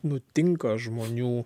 nutinka žmonių